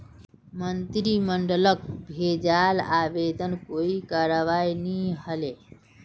मंत्रिमंडलक भेजाल आवेदनत कोई करवाई नी हले